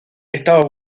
estaba